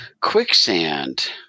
Quicksand